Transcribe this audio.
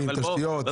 תשתיות,